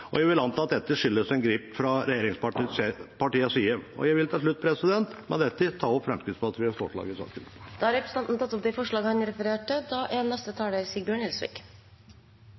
Jeg vil anta at dette skyldes en glipp fra regjeringspartienes side. Jeg vil til slutt ta opp forslagene Fremskrittspartiet står bak, alene og sammen med Senterpartiet. Da har representanten Morten Ørsal Johansen tatt opp de forslagene han refererte til. Senterpartiet er